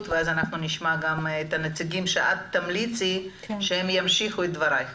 ונשמע את הנציגים שתמליצי שימשיכו את דברייך.